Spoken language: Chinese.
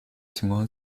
情况